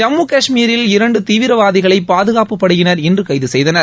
ஜம்மு காஷ்மீரில் இரண்டு தீவிரவாதிகளை பாதுகாப்புப் படையினர் இன்று கைது செய்தனர்